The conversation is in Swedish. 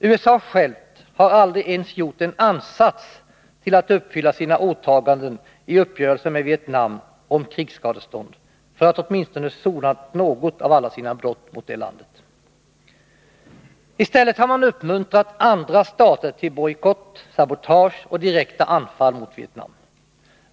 USA själv har aldrig ens gjort en ansats till att uppfylla sina åtaganden i uppgörelsen med Vietnam om krigsskadestånd för att sona åtminstone något av alla sina brott mot det landet. I stället har man uppmuntrat andra stater till bojkott, sabotage och direkta anfall mot Vietnam.